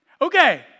Okay